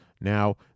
Now